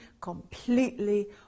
completely